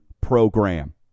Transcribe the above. program